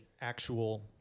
actual